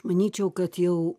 manyčiau kad jau